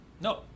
No